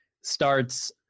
starts